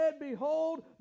Behold